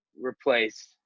replace –